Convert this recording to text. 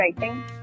writing